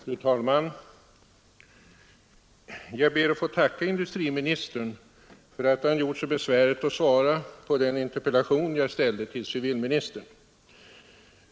Fru talman! Jag ber att få tacka industriministern för att han gjort sig besväret att svara på den interpellation jag ställde till civilministern.